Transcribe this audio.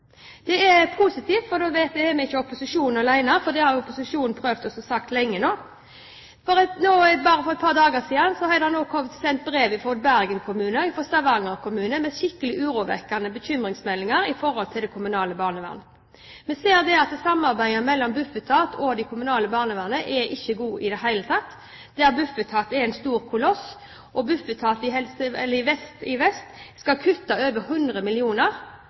Det er positivt, for da er ikke opposisjonen alene. Dette har opposisjonen prøvd å si lenge nå. Bare for et par dager siden ble det sendt brev fra Bergen kommune og fra Stavanger kommune med skikkelig urovekkende bekymringsmeldinger om det kommunale barnevernet. Vi ser at samarbeidet mellom Bufetat og det kommunale barnevernet ikke er godt i det hele tatt. Bufetat er en stor koloss, og det at Bufetat i vest skal kutte over 100